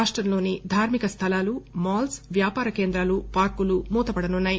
రాష్టంలోని ధార్మిక స్థలాలలు మాల్స్ వ్యాపార కేంద్రాలు పార్కులు మూతపడనున్నాయి